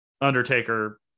undertaker